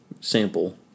sample